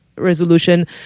Resolution